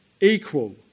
Equal